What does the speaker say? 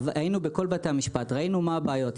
היינו בכל בתי המשפט וראינו מה הבעיות.